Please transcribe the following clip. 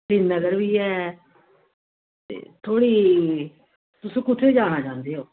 सिरीनगर बी ऐ थोह्ड़े जेही तुस कुत्थें जाना चाहंदे ओ